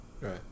Right